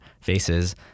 faces